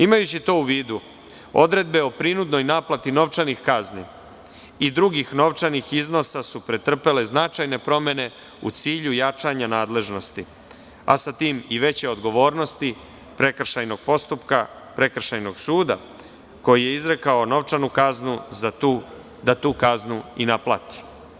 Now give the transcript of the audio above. Imajući to u vidu, odredbe o prinudnoj naplati novčanih kazni i drugih novčanih iznosa su pretrpele značajne promene u cilju jačanja nadležnosti, a sa tim i veće odgovornosti prekršajnog postupka, prekršajnog suda koji je izrekao novčanu kaznu, da tu kaznu i naplati.